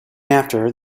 after